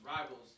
rivals